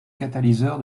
catalyseur